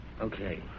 Okay